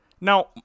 Now